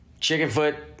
Chickenfoot